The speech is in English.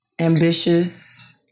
ambitious